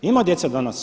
Ima djece danas.